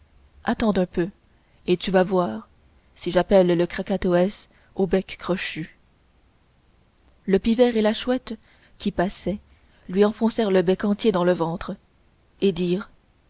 attends un peu et tu vas voir si j'appelle le kakatoès au bec crochu le pivert et la chouette qui passaient lui enfoncèrent le bec entier dans le ventre et dirent